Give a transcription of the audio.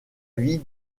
vis